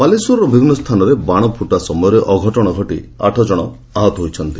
ବାଲେଶ୍ୱରର ବିଭିନ୍ନ ସ୍ଚାନରେ ବାଶ ଫୁଟା ସମୟରେ ଅଘଟଶରେ ଆଠ ଜଣ ଅରାହତ ହୋଇଛନ୍ତି